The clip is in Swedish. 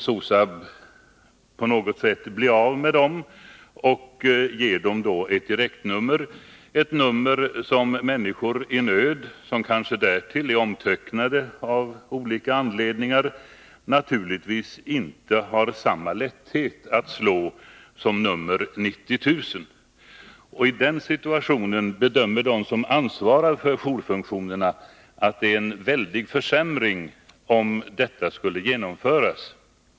SOSAB vill då bli av med dem och ge dem ett direktnummer, ett nummer som människor i nöd — som därtill kanske är omtöcknade av olika anledningar — naturligtvis inte har samma lätthet att slå som nr 90 000. I den situationen bedömer de som ansvarar för jourfunktionerna att det är en väldig försämring om detta skulle genomföras.